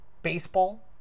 Baseball